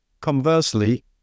Conversely